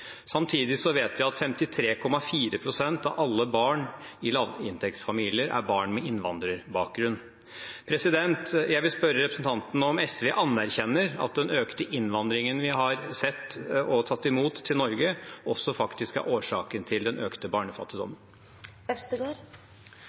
Samtidig vet vi at 53,4 pst. av alle barn i lavinntektsfamilier er barn med innvandrerbakgrunn. Jeg vil spørre representanten om SV anerkjenner at den økte innvandringen vi har sett – dem vi har tatt imot i Norge – faktisk også er årsaken til den økte